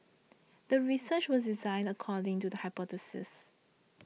the research was designed according to the hypothesis